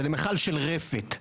זה למיכל של רפת,